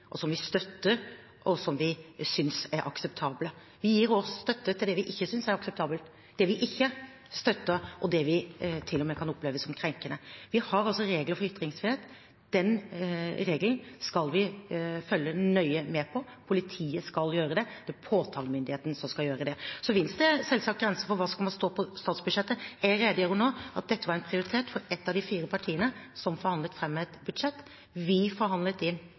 som vi støtter, og som vi synes er akseptable. Vi gir også støtte til det vi ikke synes er akseptabelt, det vi ikke støtter, og det vi til og med kan oppleve som krenkende. Vi har regler for ytringsfrihet. Den regelen skal vi følge nøye med på. Politiet skal gjøre det; det er påtalemyndigheten som skal gjøre det. Så finnes det selvsagt grenser for hva som skal stå på statsbudsjettet. Jeg redegjorde nå for at dette var en prioritet for ett av de fire partiene som forhandlet fram et budsjett. Vi forhandlet inn